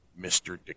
Mr